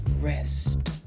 rest